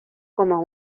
como